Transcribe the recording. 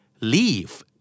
Leave